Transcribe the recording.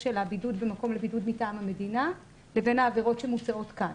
של הבידוד ומקום לבידוד מטעם המדינה לבין העבירות שמוצעות כאן.